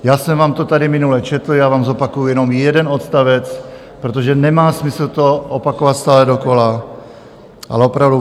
Já jsem vám to tady minule četl, já vám zopakuju jenom jeden odstavec, protože nemá smysl to opakovat stále dokola, ale opravdu